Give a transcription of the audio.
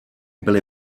byly